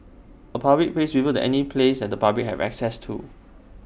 A public place refers to any place at the public have access to